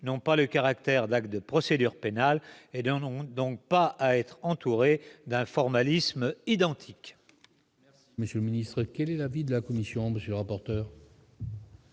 n'ayant pas le caractère d'actes de procédure pénale, n'ont pas à être entourés d'un formalisme identique.